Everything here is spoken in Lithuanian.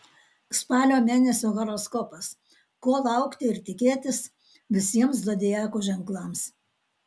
spalio mėnesio horoskopas ko laukti ir tikėtis visiems zodiako ženklams